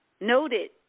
noted